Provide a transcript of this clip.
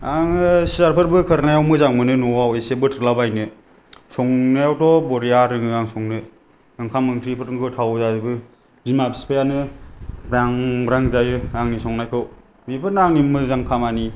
आङो सियारफोर बोखारनायाव मोजां मोनो नवाव एसे बोथ्रोदलाबायनो संनायावथ' बरिया रोङो आं संनो ओंखाम ओंख्रि गोथाव जाजोबो बिमा फिफायानो ब्रां ब्रां जायो आंनि संनायखौ बिफोरनो आंनि मोजां खामानि